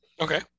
okay